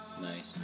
Nice